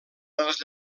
dels